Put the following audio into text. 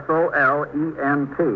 Solent